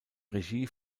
regie